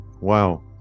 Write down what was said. wow